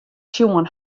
sjoen